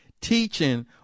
teaching